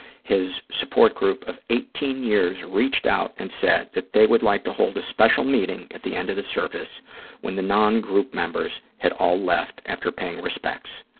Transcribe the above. his support group of eighteen years reached out and said that they would like to hold a special meeting at the end of the service when the non-group members had all left after paying respects.